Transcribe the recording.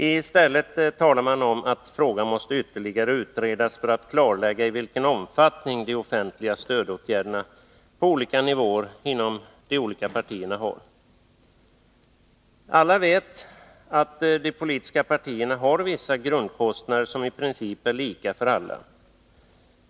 I stället talar man om att frågan måste ytterligare utredas för att man skall kunna klarlägga vilken omfattning de offentliga stödåtgärderna på skilda nivåer inom de olika partierna har. Alla vet att de politiska partierna har vissa grundkostnader, som i princip är lika för alla.